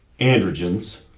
androgens